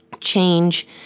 change